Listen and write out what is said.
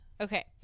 okay